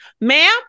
Ma'am